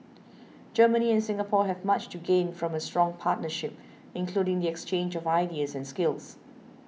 Germany and Singapore have much to gain from a strong partnership including the exchange of ideas and skills